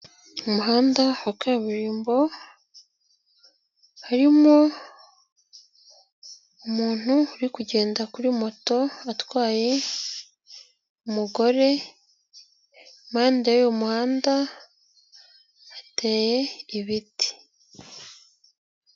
Umuhanda wa kaburimbo harimo umuntu uri kugenda kuri moto atwaye umugore, impande y'uwo muhanda hateye ibiti.